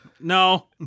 No